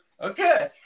Okay